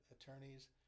attorneys